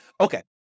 Okay